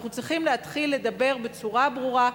אנחנו צריכים להתחיל לדבר בצורה ברורה,